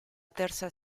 terza